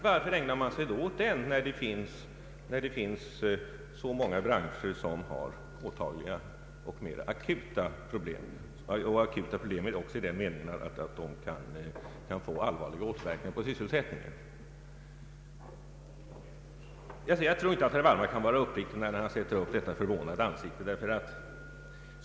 Varför ägnar man sig då åt den, när så många branscer har påtagliga och mera akuta problem, akuta även i den meningen att de kan få allvarliga återverkningar på sysselsättningen? Jag tror inte att herr Wallmark kan vara uppriktig när han sätter upp detta förvånade ansikte.